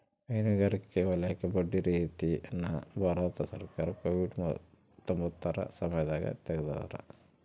ಹೈನುಗಾರಿಕೆ ವಲಯಕ್ಕೆ ಬಡ್ಡಿ ರಿಯಾಯಿತಿ ನ ಭಾರತ ಸರ್ಕಾರ ಕೋವಿಡ್ ಹತ್ತೊಂಬತ್ತ ಸಮಯದಾಗ ತೆಗ್ದಾರ